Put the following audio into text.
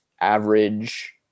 average